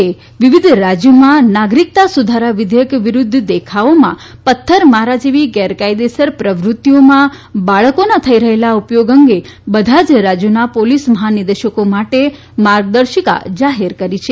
એ વિવિધ રાજ્યોમાં નાગરીકતા સુધારા વિધેયક વિરુધ્ધ દેખાવોમાં પથ્થર મારા જેવી ગેરકાયદેસર પ્રવૃતિઓમાં બાળકોના થઇ રહેલા ઉપયોગ અંગે બધા જ રાજ્યોના પોલીસ મહાનિદેશકો માટે માર્ગદર્શિકા જાહેર કરી છે